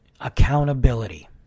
Accountability